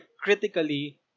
critically